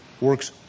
works